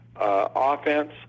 offense